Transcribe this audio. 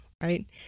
right